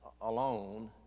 alone